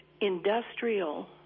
industrial